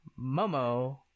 Momo